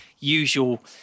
usual